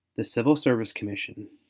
the civil service commission,